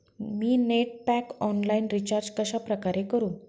मी net pack online recharge कशाप्रकारे करु?